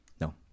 No